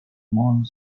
more